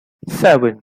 seven